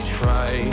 try